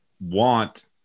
want